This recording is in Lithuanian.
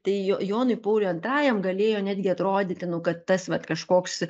tai jonui pauliui antrajam galėjo netgi atrodyti nu kad tas vat kažkoks